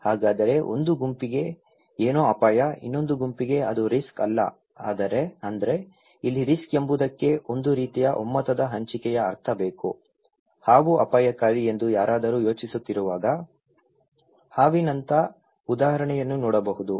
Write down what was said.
ಹಾಗಾದ್ರೆ ಒಂದು ಗುಂಪಿಗೆ ಏನೋ ಅಪಾಯ ಇನ್ನೊಂದು ಗುಂಪಿಗೆ ಅದು ರಿಸ್ಕ್ ಅಲ್ಲ ಅಂದ್ರೆ ಇಲ್ಲಿ ರಿಸ್ಕ್ ಎಂಬುದಕ್ಕೆ ಒಂದು ರೀತಿಯ ಒಮ್ಮತದ ಹಂಚಿಕೆಯ ಅರ್ಥ ಬೇಕು ಹಾವು ಅಪಾಯಕಾರಿ ಎಂದು ಯಾರಾದರೂ ಯೋಚಿಸುತ್ತಿರುವಾಗ ಹಾವಿನಂತ ಉದಾಹರಣೆಯನ್ನು ನೋಡಬಹುದು